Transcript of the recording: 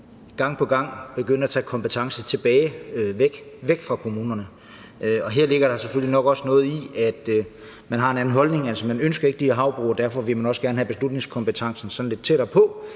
gang på gang begynder at tage kompetencer væk fra kommunerne. Der ligger nok også det i det, at man har en anden holdning. Altså, man ønsker ikke de her havbrug, og derfor vil man også gerne have beslutningskompetencen lidt tættere på